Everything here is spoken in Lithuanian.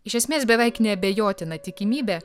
iš esmės beveik neabejotina tikimybė